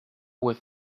with